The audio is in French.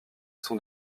sont